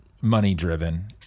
money-driven